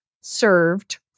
served